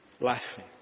laughing